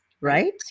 right